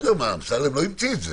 מה, אמסלם לא המציא את זה.